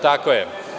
Tako je.